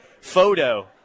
photo